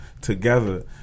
together